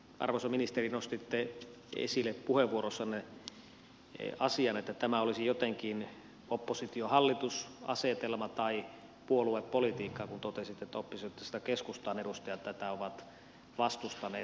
arvoisa ministeri nostitte esille puheenvuorossanne asian että tämä olisi jotenkin oppositiohallitus asetelma tai puoluepolitiikkaa kun totesitte että oppositiosta keskustan edustajat tätä ovat vastustaneet